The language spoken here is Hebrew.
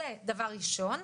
זה דבר ראשון,